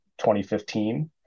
2015